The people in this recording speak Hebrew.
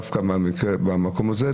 דווקא מהמקום הזה,